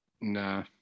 Nah